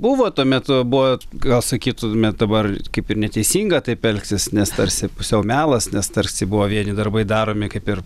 buvo tuo metu buvo gal sakytume dabar kaip ir neteisinga taip elgtis nes tarsi pusiau melas nes tarsi buvo vieni darbai daromi kaip ir